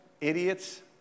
idiots